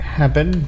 happen